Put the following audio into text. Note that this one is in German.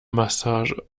massage